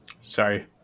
Sorry